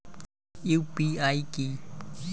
UPI কি?